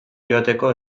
joateko